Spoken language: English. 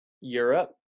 Europe